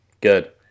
good